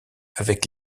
avec